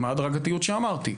עם ההדרגתיות, כפי שאמרתי.